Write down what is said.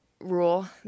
rule